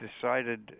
decided